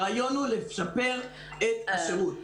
הרעיון הוא לשפר את השירות.